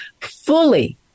fully